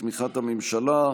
בתמיכת הממשלה,